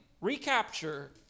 recapture